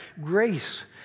grace